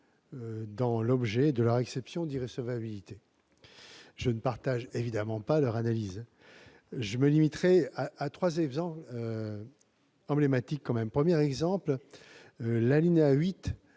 tendant à opposer l'exception d'irrecevabilité. Je ne partage évidemment pas leur analyse. Je me limiterai à trois exemples emblématiques. Premier exemple, l'alinéa 8